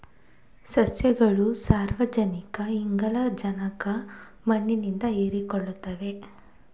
ಸಸ್ಯಗಳು ಸಾರಜನಕ ಇಂಗಾಲ ರಂಜಕ ಮಣ್ಣಿನಿಂದ ಹೀರಿಕೊಳ್ಳುತ್ತವೆ